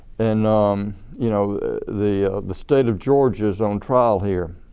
and um you know the the state of georgia is on trial here,